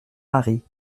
maries